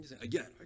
Again